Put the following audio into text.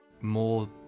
More